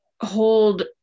hold